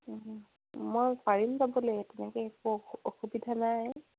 মই পাৰিম যাবলৈ তেনেকৈ একো অসুবিধা নাই